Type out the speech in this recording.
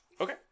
Okay